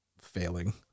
failing